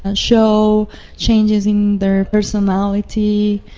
and show changes in their personality,